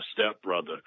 stepbrother